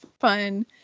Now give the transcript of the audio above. fun